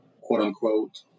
quote-unquote